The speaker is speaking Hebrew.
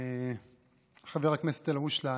חבר הכנסת אלהואשלה,